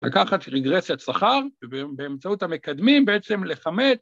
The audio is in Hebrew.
‫לקחת רגרסית שכר, ‫ובאמצעות המקדמים בעצם לכמת.